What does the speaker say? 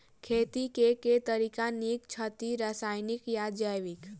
खेती केँ के तरीका नीक छथि, रासायनिक या जैविक?